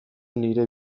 nire